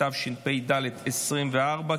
התשפ"ד 2024,